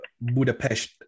Budapest